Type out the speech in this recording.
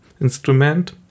instrument